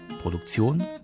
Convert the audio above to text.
Produktion